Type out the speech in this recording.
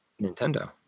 Nintendo